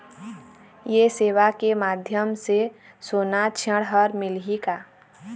ये सेवा के माध्यम से सोना ऋण हर मिलही का?